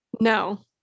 No